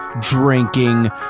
Drinking